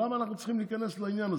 למה אנחנו צריכים להיכנס לעניין הזה?